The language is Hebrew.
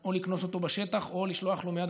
או לקנוס אותו בשטח או לשלוח לו מייד,